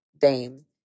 Dame